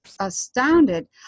astounded